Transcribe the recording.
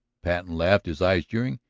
patten laughed, his eyes jeering.